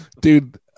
dude